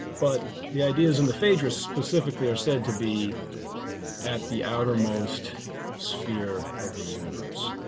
but the ideas in the phaedrus specifically are said to be at the outermost sphere of the universe.